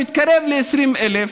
שמתקרב ל-20,000,